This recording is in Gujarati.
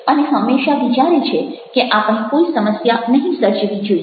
અને હંમેશા વિચારે છે કે આપણે કોઈ સમસ્યા નહિ સર્જવી જોઈએ